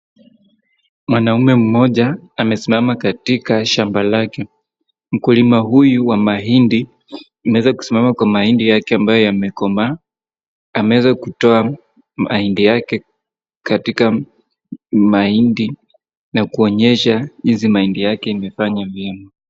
Mwanaume mmoja amesimama katika shamba lake. Mkulima huyu wa mahindi ameweza kusimama kwa mahindi yake ambaye yamekomaa. Ameweza kutoa mahindi yake katika mahindi na kuonyesha jinsi mahindi yake imefanya vyema.